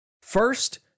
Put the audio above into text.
First